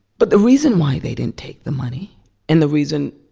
but the reason why they didn't take the money and the reason,